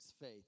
faith